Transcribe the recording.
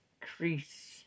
crease